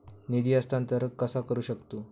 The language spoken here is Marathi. निधी हस्तांतर कसा करू शकतू?